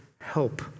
help